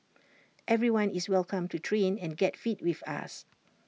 everyone is welcome to train and get fit with us